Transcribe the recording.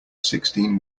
sixteen